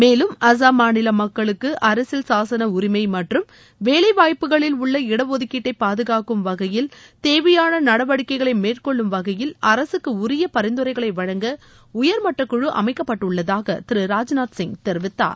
மேலும் அசாம் மாநில மக்களுக்கு அரசியல் சாசன உரிமை மற்றும் வேலை வாய்ப்புகளில் உள்ள இடஒதுக்கீட்டை பாதுகாக்கும் வகையில் தேவையான நடவடிக்கைகளை மேற்கொள்ளும் வகையில் அரசுக்கு அமைக்கப்பட்டுள்ளதாக உரிய பரிந்துரைகளை வழங்க உயர்மட்ட குழு திரு ராஜ்நாத் சிங் தெரிவித்தார்